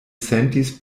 sentis